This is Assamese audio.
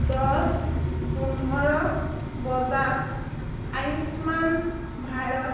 দহ পোন্ধৰ বজাত আয়ুষ্মান ভাৰত